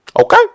okay